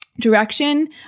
direction